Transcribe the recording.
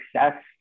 success